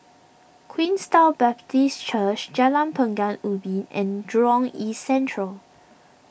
Queenstown Baptist Church Jalan Pekan Ubin and Jurong East Central